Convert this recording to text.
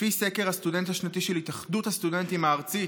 לפי סקר הסטודנט השנתי של התאחדות הסטודנטים הארצית,